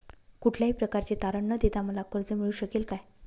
कुठल्याही प्रकारचे तारण न देता मला कर्ज मिळू शकेल काय?